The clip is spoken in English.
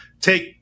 Take